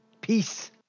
Peace